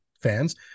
fans